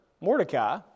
Mordecai